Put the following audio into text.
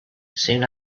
soon